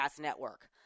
network